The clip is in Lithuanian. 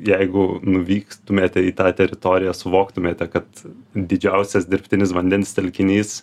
jeigu nuvyktumėte į tą teritoriją suvoktumėte kad didžiausias dirbtinis vandens telkinys